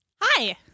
Hi